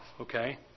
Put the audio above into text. okay